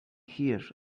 here